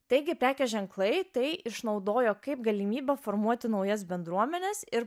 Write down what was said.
taigi prekės ženklai tai išnaudojo kaip galimybę formuoti naujas bendruomenes ir